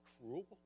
cruel